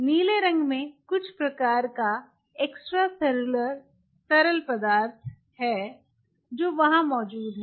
नीले रंग में कुछ प्रकार का एक्स्ट्रासेलुलर तरल पदार्थ है जो वहां मौजूद है